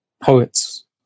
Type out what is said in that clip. poets